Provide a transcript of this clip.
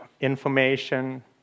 information